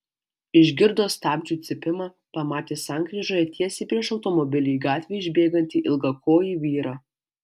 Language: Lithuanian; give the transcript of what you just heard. išgirdo stabdžių cypimą pamatė sankryžoje tiesiai prieš automobilį į gatvę išbėgantį ilgakojį vyrą